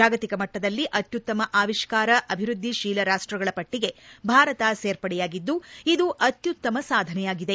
ಜಾಗತಿಕ ಮಟ್ವದಲ್ಲಿ ಅತ್ಯುತ್ತಮ ಅಭಿಷ್ಕಾರ ಅಭಿವೃದ್ದಿಶೀಲ ರಾಷ್ಟ್ರಗಳ ಪಟ್ಟಿಗೆ ಭಾರತ ಸೇರ್ಪಡೆಯಾಗಿದ್ದು ಇದು ಅತ್ಯುತ್ತಮ ಸಾಧನೆಯಾಗಿದೆ